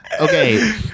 Okay